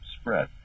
spread